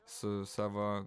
su savo